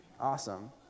Awesome